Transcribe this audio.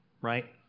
right